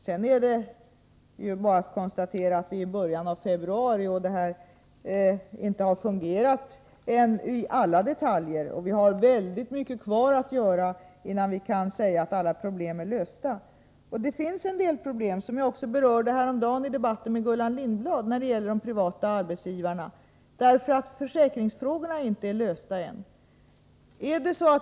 Det här har dock inte fungerat i alla detaljer, men vi är ju bara i början av februari. Väldigt mycket återstår att göra innan vi kan säga att alla problem är lösta. När det gäller de privata arbetsgivarna finns det en del problem. Det berörde jag häromdagen i en debatt med Gullan Lindblad. Försäkringsfrågorna är nämligen ännu inte lösta.